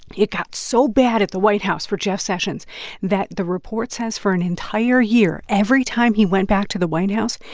it got so bad at the white house for jeff sessions that the report says for an entire year, every time he went back to the white house,